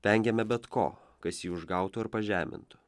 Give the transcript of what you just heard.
vengiame bet ko kas jį užgautų ar pažemintų